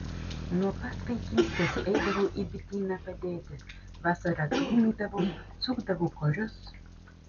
nuo pat vaikystės eidavau į bityną padėti vasarą dūmydavau sukdavau korius